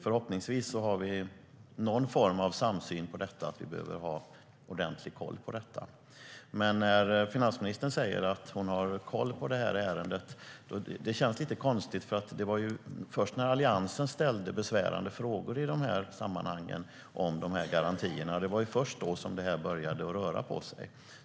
Förhoppningsvis har vi någon form av samsyn i fråga om att vi behöver ha ordentlig koll på detta. Men när finansministern säger att hon har koll på detta ärende känns det lite konstigt. Det var nämligen först när Alliansen ställde besvärande frågor i dessa sammanhang om de här garantierna som detta började röra på sig.